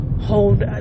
hold